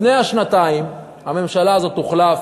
ואני מקווה שעוד לפני השנתיים הממשלה הזאת תוחלף,